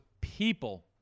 people